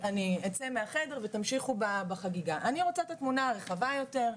עם כל הכבוד אני באמצע משפט,